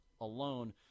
alone